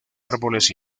árboles